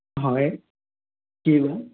অঁ হয় কি ক'লে